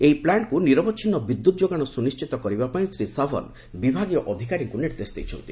ଏହି ପ୍ଲାଷ୍ଟ୍କ୍ ନିରବଚ୍ଛିନ୍ନ ବିଦ୍ୟୁତ୍ ଯୋଗାଣ ସୁନିଣ୍ଡିତ କରିବାପାଇଁ ଶ୍ରୀ ଶାଭନ୍ ବିଭାଗୀୟ ଅଧିକାରୀଙ୍କ ନିର୍ଦ୍ଦେଶ ଦେଇଛନ୍ତି